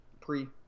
Pre